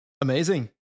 Amazing